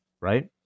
right